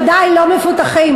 עדיין לא מפותחים.